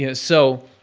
yeah so,